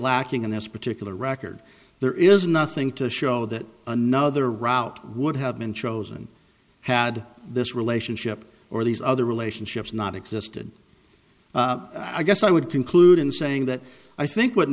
lacking in this particular record there is nothing to show that another route would have been chosen had this relationship or these other relationships not existed i guess i would conclude in saying that i think what